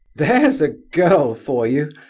there's a girl for you!